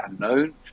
unknown